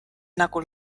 nagu